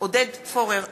עודד פורר,